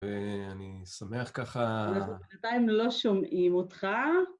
ואני שמח ככה... אז עדיין לא שומעים אותך.